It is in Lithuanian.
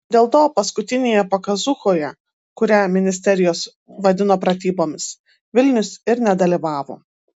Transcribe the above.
dėl to paskutinėje pakazūchoje kurią ministerijos vadino pratybomis vilnius ir nedalyvavo